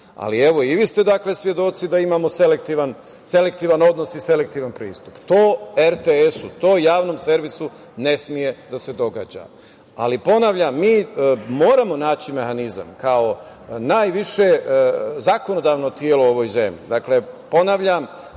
ali i vi ste svedoci da imamo selektivan odnos i selektivan pristup. To RTS, to javnom servisu ne sme da se događa. Ponavljam, mi moramo naći mehanizam kao najviše zakonodavno telo u ovoj zemlji.